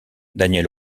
daniel